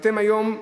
ואתם היום,